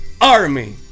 army